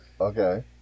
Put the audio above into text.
okay